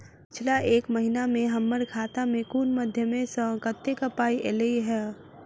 पिछला एक महीना मे हम्मर खाता मे कुन मध्यमे सऽ कत्तेक पाई ऐलई ह?